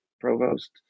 provost